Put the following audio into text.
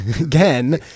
Again